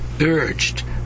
urged